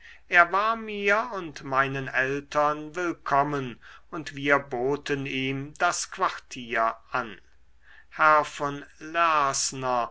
er war mir und meinen eltern willkommen und wir boten ihm das quartier an herr von lersner